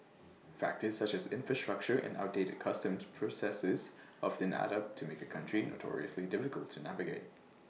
factors such as infrastructure and outdated customs processes often add up to make A country notoriously difficult to navigate